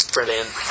Brilliant